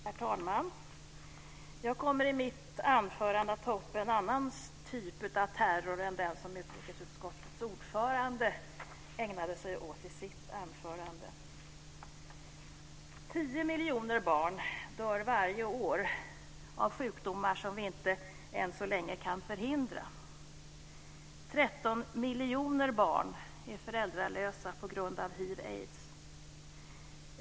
Herr talman! Jag kommer i mitt anförande att ta upp en annan typ av terror än den som utrikesutskottets ordförande ägnade sig åt i sitt anförande. 10 miljoner barn dör varje år av sjukdomar som vi än så länge inte kan förhindra. 13 miljoner barn är föräldralösa på grund av hiv/aids.